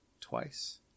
twice